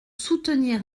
soutenir